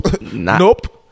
nope